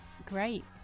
Great